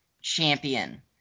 champion